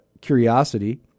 curiosity